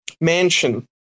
mansion